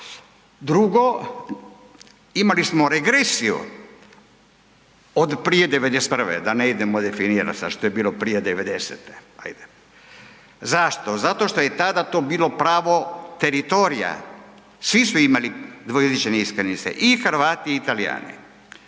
Drugo, imali smo regresiju od prije '91., da ne idemo definirat sad što je bilo prije 90-te, ajde. Zašto? Zato što je tada to bilo pravo teritorija, svi su imali dvojezične iskaznice, i Hrvati i Talijani